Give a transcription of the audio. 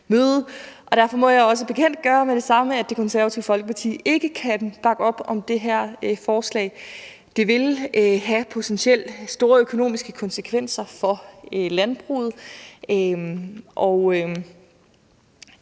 Derfor må jeg også med det samme bekendtgøre, at Det Konservative Folkeparti ikke kan bakke op om det her forslag. Det vil have potentielt store økonomiske konsekvenser for landbruget,